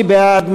מי בעד?